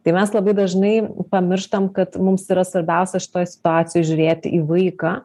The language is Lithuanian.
tai mes labai dažnai pamirštam kad mums yra svarbiausia šitoj situacijoj žiūrėti į vaiką